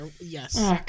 Yes